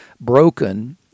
broken